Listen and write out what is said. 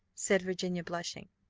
said virginia, blushing,